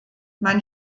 man